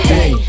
Hey